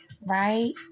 right